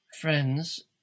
friends